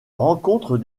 rencontre